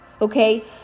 okay